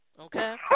Okay